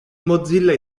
mozilla